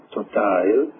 Total